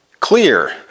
Clear